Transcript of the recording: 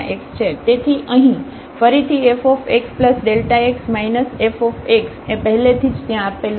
તેથી અહીં ફરીથી fxΔx fx એ પહેલેથી જ ત્યાં આપેલું છે